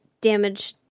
damage